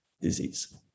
disease